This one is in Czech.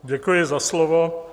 Děkuji za slovo.